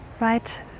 right